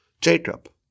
Jacob